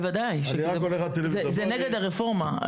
בוודאי שכן, זה נגד הרפורמה.